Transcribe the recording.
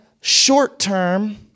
short-term